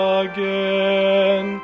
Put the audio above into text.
again